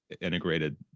integrated